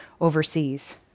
overseas